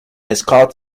escort